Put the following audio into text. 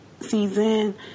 season